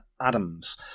Adams